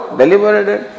deliberated